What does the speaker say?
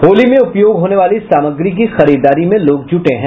होली में उपयोग होने वाली सामग्री की खरीदारी में लोग जुटे हैं